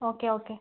okay okay